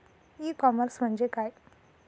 E commerce म्हणजे काय?